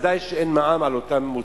ובוודאי שאין מע"מ על אותם מוצרים.